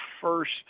first